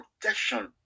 protection